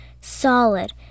solid